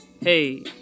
Hey